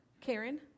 Karen